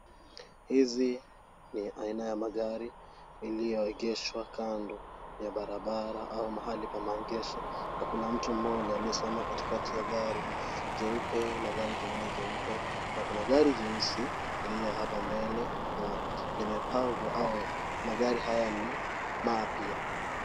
Hizi ni aina ya magari iliyoegeshwa kando ya barabara au mahali pa maegesho na kuna mtu mmoja aliyesimama katikati ya gari jeupe na lingine jeupe na kuna gari jeusi lililo hapo mbele na limepangwa au magari haya ni mapya.